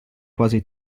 quasi